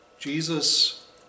Jesus